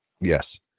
Yes